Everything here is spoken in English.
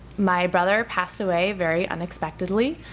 my brother passed away very unexpectedly,